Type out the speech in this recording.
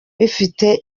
bifite